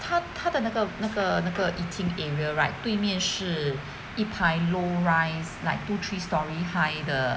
他他的那个那个那个 eating area right 对面是一排 low rise like two three storey high 的